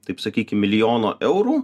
taip sakykim milijono eurų